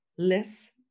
less